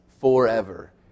forever